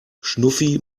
schnuffi